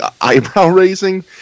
eyebrow-raising